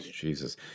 jesus